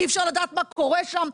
אי אפשר לדעת מה קורה שם,